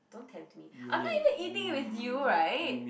don't tempt me I'm not even eating with you right